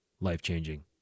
life-changing